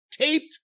taped